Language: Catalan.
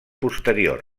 posterior